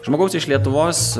žmogaus iš lietuvos